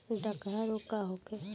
डकहा रोग का होखे?